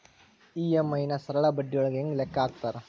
EMI ನ ಸರಳ ಬಡ್ಡಿಯೊಳಗ ಹೆಂಗ ಲೆಕ್ಕ ಹಾಕತಾರಾ